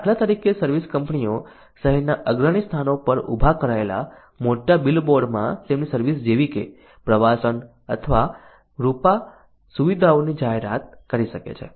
દાખલા તરીકે સર્વિસ કંપનીઓ શહેરના અગ્રણી સ્થાનો પર ઊભા કરાયેલા મોટા બિલબોર્ડમાં તેમની સર્વિસ જેવી કે પ્રવાસન અથવા સ્પા સુવિધાઓની જાહેરાત કરી શકે છે